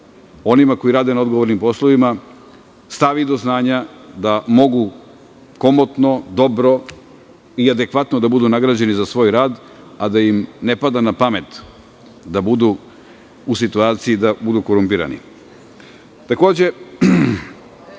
onima koji rade na odgovornim poslovima, stavi do znanja da mogu komotno dobro i adekvatno da budu nagrađeni za svoj rad, a da im ne pada na pamet da budu u situaciji da budu korumpirani. Takođe,